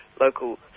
local